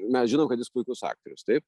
mes žinom kad jis puikius aktorius taip